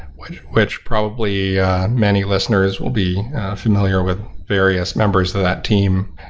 which which probably many listeners will be familiar with various members of that team.